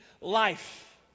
life